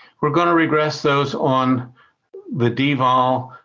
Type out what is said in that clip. we're gonna regress those on the dvol